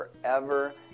forever